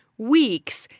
weeks,